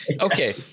Okay